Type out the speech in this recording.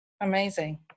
Amazing